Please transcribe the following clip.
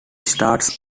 starts